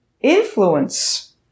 influence